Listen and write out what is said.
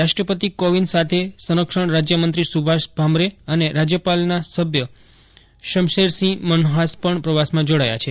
રાષ્ટ્રપતિ કોવિંદ સાથે સંરક્ષણ રાજ્યમંત્રી સુભાષ ભામરે અને રાજ્યપાલના સભ્ય શમશેરસિંહ મનહાસ પણ પ્રવાસમાં જોડાયા છે